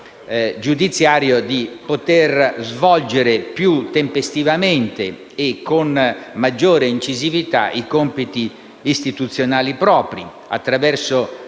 giudiziario di poter svolgere più tempestivamente e con maggior incisività i compiti di istituzionali propri attraverso